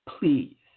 Please